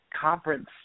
conference